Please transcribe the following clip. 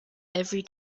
every